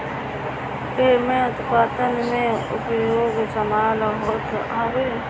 एमे उत्पादन में उपयोग संभव होत हअ